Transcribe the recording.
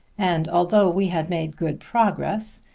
and although we had made good progress,